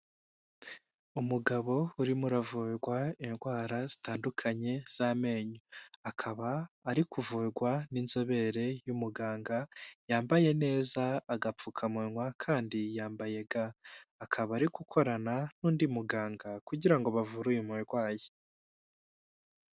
Umugabo urimo uravurwa indwara zitandukanye z'amenyo, akaba ari kuvurwa n'inzobere y'umuganga yambaye neza agapfukamunwa kandi yambaye ga, akaba ari gukorana n'undi muganga kugira ngo bavure uyu murwayi.